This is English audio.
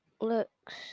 looks